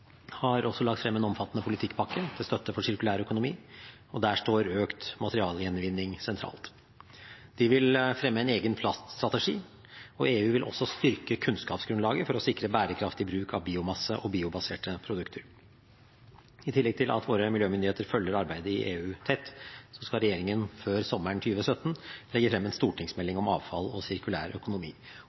har også lagt frem en omfattende politikkpakke til støtte for sirkulær økonomi. Der står økt materialgjenvinning sentralt. De vil fremme en egen plaststrategi, og EU vil også styrke kunnskapsgrunnlaget for å sikre bærekraftig bruk av biomasse og biobaserte produkter. I tillegg til at våre miljømyndigheter følger arbeidet i EU tett, skal regjeringen før sommeren 2017 legge frem en stortingsmelding om avfall og sirkulær økonomi.